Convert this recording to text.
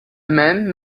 man